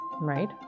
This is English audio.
right